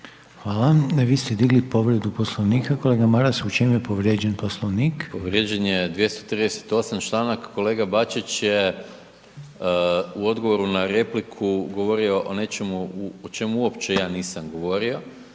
Hvala. Vi ste digli povredu Poslovnika. Kolega Maras u čemu je povrijeđen Poslovnik? **Maras, Gordan (SDP)** Povrijeđen je 238. članak, kolega Bačić je u odgovoru na repliku govorio o nečemu o čemu uopće ja nisam govorio.